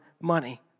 money